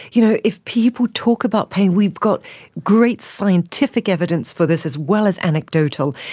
you know if people talk about pain, we've got great scientific evidence for this as well as anecdotal,